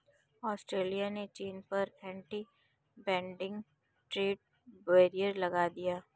Australia ने चीन पर एंटी डंपिंग ट्रेड बैरियर लगा दिया